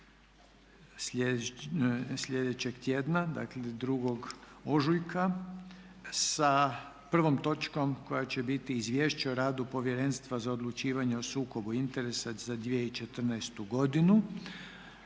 sljedećeg tjedna, dakle 2. ožujka sa prvom točkom koja će biti Izvješće o radu Povjerenstva za odlučivanje o sukobu interesa za 2014. godinu.